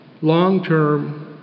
long-term